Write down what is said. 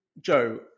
Joe